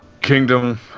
kingdom